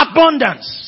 Abundance